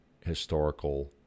historical